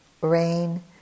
rain